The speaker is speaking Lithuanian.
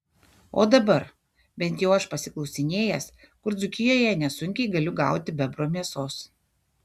o dabar bent jau aš pasiklausinėjęs kur dzūkijoje nesunkiai galiu gauti bebro mėsos